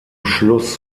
schluss